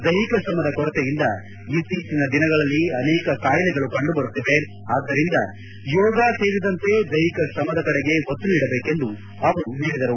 ದೈಹಿಕ ಶ್ರಮದ ಕೊರತೆಯಿಂದ ಇತ್ತೀಚಿನ ದಿನಗಳಲ್ಲಿ ಅನೇಕ ಕಾಯಿಲೆಗಳು ಕಂಡುಬರುತ್ತಿವೆ ಆದ್ದರಿಂದ ಯೋಗ ಸೇರಿದಂತೆ ದೈಹಿಕ ಶ್ರಮದ ಕಡೆಗೆ ಒತ್ತು ನೀಡಬೇಕೆಂದು ಅವರು ಪೇಳಿದರು